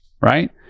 right